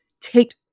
take